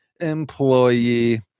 employee